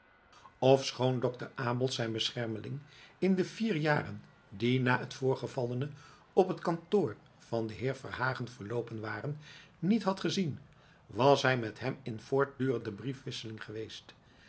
ofschoon dokter abels zijn beschermeling in de vier jaren die na het voorgevallene op het kantoor van den heer verhagen verloopen waren niet had gezien was hij met hem in voortdurende briefwisseling geweest